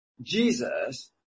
Jesus